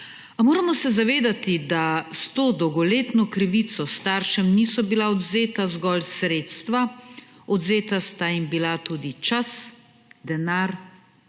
moramo se zavedati, da s to dolgoletno krivico staršem niso bila odvzeta zgolj sredstva, odvzeti so jim bili tudi čas, denar